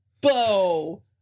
Bo